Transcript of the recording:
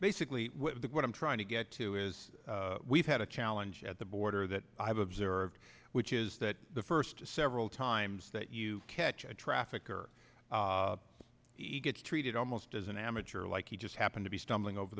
basically what i'm trying to get to is we've had a challenge at the border that i've observed which is that the first several times that you catch a trafficker each gets treated almost as an amateur like he just happened to be stumbling over